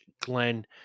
Glenn